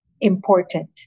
important